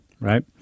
right